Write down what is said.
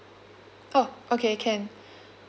oh okay can